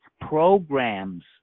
programs